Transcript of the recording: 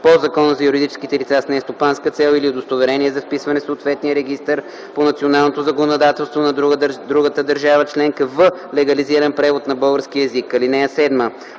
по Закона за юридическите лица с нестопанска цел, или копие от удостоверение за вписване в съответния регистър по националното законодателство на другата държава членка – в легализиран превод на български език.